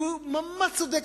כי החוק הזה ממש צודק,